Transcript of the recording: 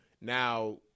now